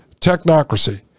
technocracy